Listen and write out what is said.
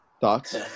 Thoughts